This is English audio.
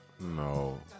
No